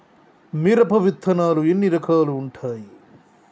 మిరప విత్తనాలు ఎన్ని రకాలు ఉంటాయి?